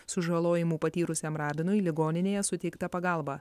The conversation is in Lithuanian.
sužalojimų patyrusiam rabinui ligoninėje suteikta pagalba